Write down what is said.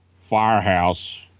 firehouse